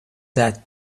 that